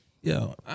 Yo